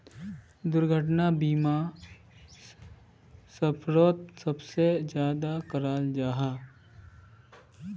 दुर्घटना बीमा सफ़रोत सबसे ज्यादा कराल जाहा